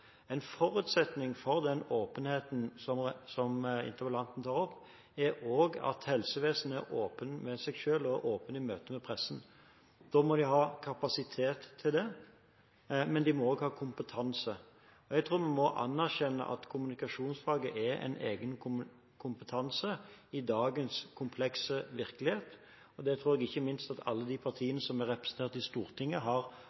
En forutsetning for den åpenheten som interpellanten tar opp, er også at helsevesenet er åpen med seg selv og åpen i møte med pressen. Da må de ha kapasitet til det, men de må også ha kompetanse. Jeg tror vi må anerkjenne at kommunikasjonsfaget er en egen kompetanse i dagens komplekse virkelighet. Det tror jeg ikke minst at alle partiene som er representert på Stortinget, har